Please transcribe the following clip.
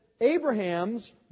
Abraham's